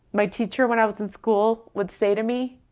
my teacher when i was in school would say to me,